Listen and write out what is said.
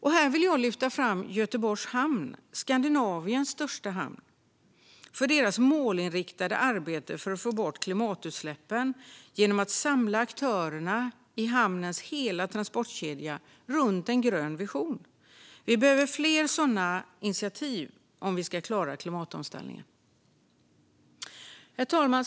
Jag vill lyfta fram Göteborgs Hamn, Skandinaviens största hamn, för deras målinriktade arbete för att få bort klimatutsläppen genom att samla aktörerna i hamnens hela transportkedja runt en grön vision. Vi behöver fler sådana initiativ om vi ska klara klimatomställningen. Herr talman!